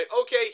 okay